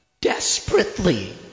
desperately